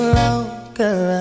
longer